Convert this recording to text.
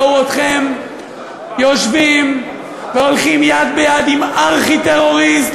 ראו אתכם יושבים והולכים יד ביד עם ארכי-טרוריסט,